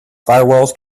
firewalls